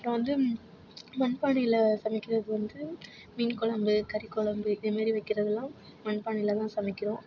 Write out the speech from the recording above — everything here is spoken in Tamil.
அப்புறம் வந்து மண் பானையில் சமைக்கிறது வந்து மீன் குழம்பு கறி குழம்பு இதமாரி வைக்கிறதுலாம் மண் பானையில் தான் சமைக்கிறோம்